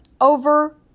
over